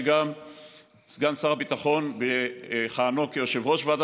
שסגן שר הביטחון כיהן כיושב-ראש שלה,